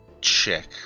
check